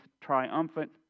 triumphant